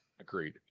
Agreed